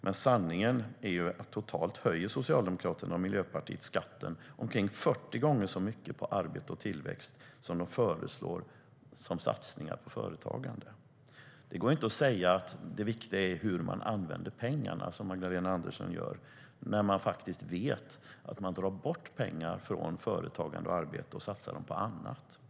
Men sanningen är att totalt höjer Socialdemokraterna och Miljöpartiet skatten omkring 40 gånger så mycket på arbete och tillväxt som de föreslår som satsningar på företagande. Det går inte att säga att det viktiga är hur man använder pengar, som Magdalena Andersson gör, när man faktiskt vet att man drar bort pengar från företagande och arbete och satsar dem på annat.